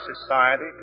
society